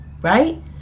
right